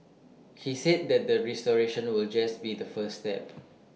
he said that the restoration will just be the first step